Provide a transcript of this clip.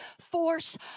force